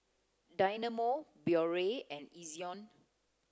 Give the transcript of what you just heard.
Dynamo Biore and Ezion